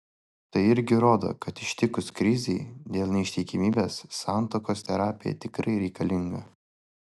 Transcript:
tai irgi rodo kad ištikus krizei dėl neištikimybės santuokos terapija tikrai reikalinga